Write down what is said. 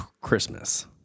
Christmas